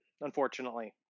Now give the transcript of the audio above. unfortunately